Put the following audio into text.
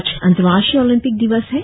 आज अंतर्राष्ट्रीय ओलिम्पिक दिवस है